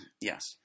Yes